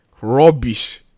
rubbish